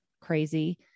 crazy